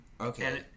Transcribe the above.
okay